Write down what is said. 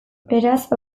beraz